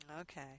Okay